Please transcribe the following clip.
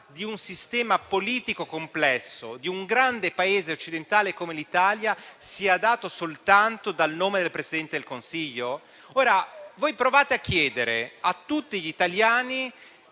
di un sistema politico complesso di un grande Paese occidentale come l'Italia sia data soltanto dal nome del Presidente del Consiglio? Provate a chiedere a tutti gli italiani